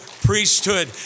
priesthood